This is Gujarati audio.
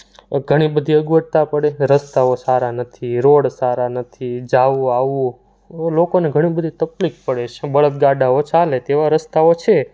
ઘણી બધી અગવડતા પડે રસ્તાઓ સારા નથી રોડ સારા નથી જવું આવવું લોકોને ઘણી બધી તકલીફ પડે છે બળદગાડાંઓ ચાલે તેવા રસ્તાઓ છે